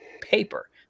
paper